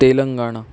Telangana